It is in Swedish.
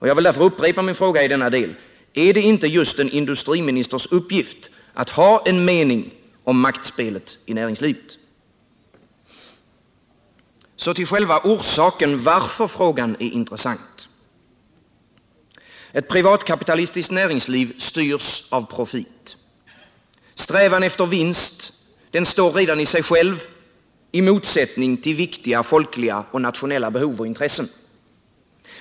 Jag vill därför upprepa min fråga i denna del: Är det inte just en industriministers uppgift att ha en mening om maktspelet i näringslivet? Så till själva orsaken till att frågan är intressant. Ett privatkapitalistiskt näringsliv styrs av profit. Strävan efter vinst står redan i sig själv i motsättning till viktiga folkliga och nationella behov och intressen.